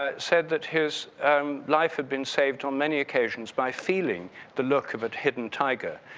ah said that his life had been saved on many occasion by feeling the look of a hidden tiger.